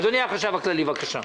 אדוני החשב הכללי, בבקשה.